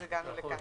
אז הגענו לכאן.